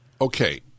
Okay